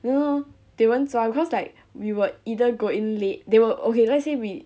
no no they won't 抓 cause like we will either go in late they will okay let's say we